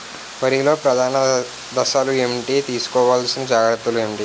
వరిలో ప్రధాన దశలు ఏంటి? తీసుకోవాల్సిన జాగ్రత్తలు ఏంటి?